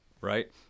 right